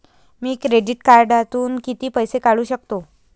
मी credit कार्डातून किती पैसे काढू शकतो?